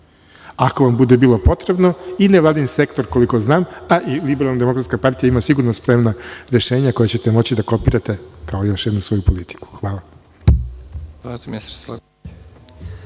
Ako vam bude bilo potrebno, i nevladin sektor, koliko znam, pa i LDP, ima sigurno spremna rešenja koja ćete moći da kopirate kao još jednu svoju politiku. Hvala.